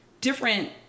different